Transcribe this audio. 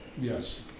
Yes